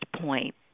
point